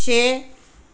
ਛੇ